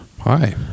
Hi